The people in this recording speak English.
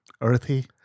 earthy